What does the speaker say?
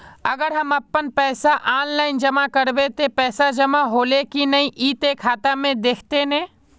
अगर हम अपन पैसा ऑफलाइन जमा करबे ते पैसा जमा होले की नय इ ते खाता में दिखते ने?